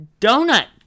donut